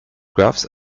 graphs